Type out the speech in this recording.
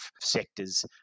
sectors